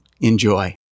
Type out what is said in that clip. enjoy